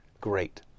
Great